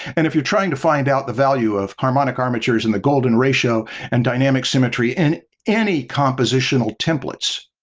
and if you're trying to find out the value of harmonic armatures and the golden ratio and dynamic symmetry in any compositional templates,